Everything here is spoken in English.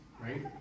right